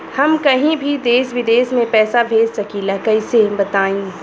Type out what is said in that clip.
हम कहीं भी देश विदेश में पैसा भेज सकीला कईसे बताई?